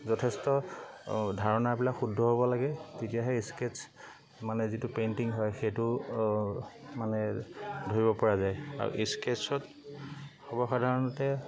যথেষ্ট ধাৰণাবিলাক শুদ্ধ হ'ব লাগে তেতিয়াহে স্কেটছ মানে যিটো পেইণ্টিং হয় সেইটো মানে ধৰিব পৰা যায় আৰু স্কেটছত সৰ্বসাধাৰণতে